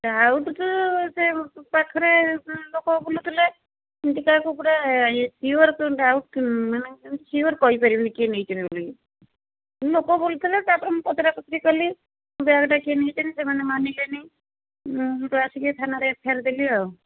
doubt ତ ସେ ପାଖରେ ଲୋକ ବୁଲୁଥିଲେ ଏମିତି କାଆକୁ ପୁରା ସିଓର୍ ଡାଉଟ୍ ମାନେ ସିଓର୍ କହିପାରିବିନି କିଏ ନେଇଛନ୍ତି ବୋଲିକି ଲୋକ ବୁଲୁଥିଲେ ତା'ପରେ ମୁଁ ପଚରା ପଚରି କଲି ବ୍ୟାଗ୍ଟା କିଏ ନେଇଛନ୍ତି ସେମାନେ ମାନିଲେ ନାହିଁ ମୁଁ ସେଇଠୁ ଆସିକି ଥାନାରେ ଏଫ୍ ଆଇ ଆର୍ ଦେଲି ଆଉ